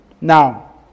Now